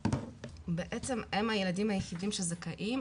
בעצם הם הילדים היחידים שזכאים.